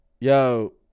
yo